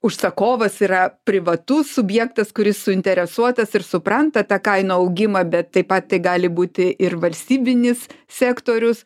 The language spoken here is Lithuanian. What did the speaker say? užsakovas yra privatus subjektas kuris suinteresuotas ir supranta tą kainų augimą bet taip pat tai gali būti ir valstybinis sektorius